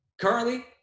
Currently